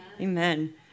Amen